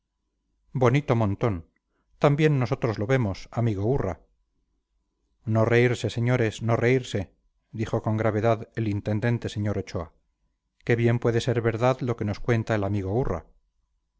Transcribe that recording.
bonito montón también nosotros lo vemos amigo urra no reírse señores no reírse dijo con gravedad el intendente sr ochoa que bien puede ser verdad lo que nos cuenta el amigo urra